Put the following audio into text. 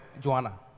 Joanna